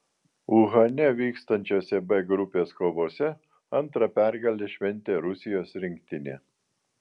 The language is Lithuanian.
uhane vykstančiose b grupės kovose antrą pergalę šventė rusijos rinktinė